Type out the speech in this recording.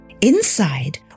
Inside